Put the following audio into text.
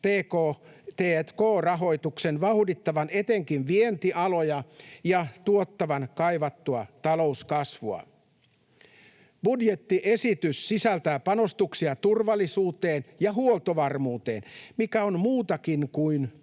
t&k-rahoituksen vauhdittavan etenkin vientialoja ja tuottavan kaivattua talouskasvua. Budjettiesitys sisältää panostuksia turvallisuuteen ja huoltovarmuuteen, mikä on muutakin kuin